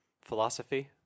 philosophy